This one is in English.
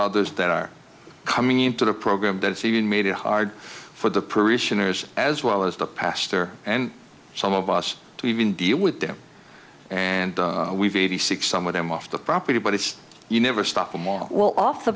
others that are coming into the program that's even made it hard for the parishioners as well as the pastor and some of us to even deal with them and we've eighty six some of them off the property but it's you never stop them all well off the